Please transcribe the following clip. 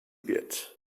wird